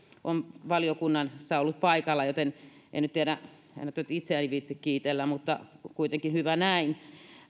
on valiokunnassa ollut paikalla joten en nyt tiedä en välttämättä itseäni viitsi kiitellä mutta kuitenkin hyvä näin